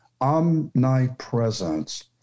omnipresence